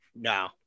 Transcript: No